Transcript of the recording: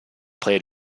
played